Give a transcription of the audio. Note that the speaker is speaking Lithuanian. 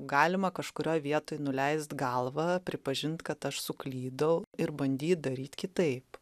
galima kažkurioj vietoj nuleist galvą pripažint kad aš suklydau ir bandyt daryt kitaip